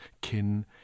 kin